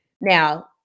Now